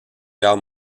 guerre